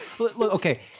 Okay